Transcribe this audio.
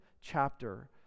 chapter